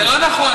זה לא נכון.